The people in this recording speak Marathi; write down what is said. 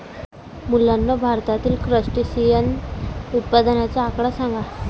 मुलांनो, भारतातील क्रस्टेशियन उत्पादनाचा आकडा सांगा?